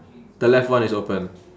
the left one is open